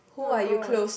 oh-my-gosh